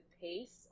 pace